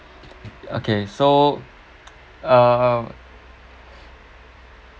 okay so